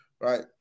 right